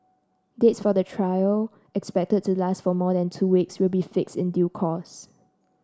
dates for the trial expected to last for more than two weeks will be fixed in due course